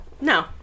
No